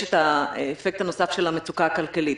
יש את האפקט הנוסף של המצוקה הכלכלית.